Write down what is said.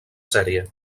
sèrie